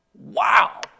Wow